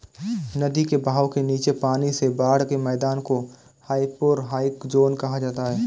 नदी के बहाव के नीचे पानी से बाढ़ के मैदान को हाइपोरहाइक ज़ोन कहा जाता है